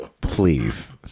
please